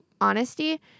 honesty